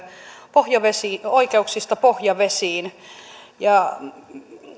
oikeuksista pohjavesiin